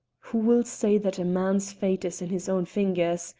who will say that man's fate is in his own fingers?